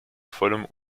vollem